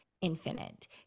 infinite